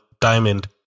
Diamond